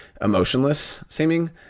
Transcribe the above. emotionless-seeming